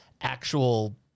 actual